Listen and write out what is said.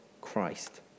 Christ